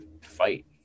fight